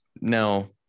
no